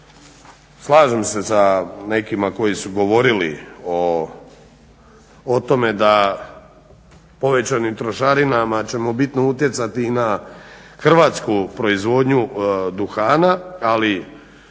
slažem se sa nekima koji su govorili o tome da povećanim trošarinama ćemo bitno utjecati i na hrvatsku proizvodnju duhana, ali